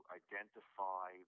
identify